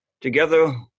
Together